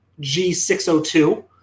G602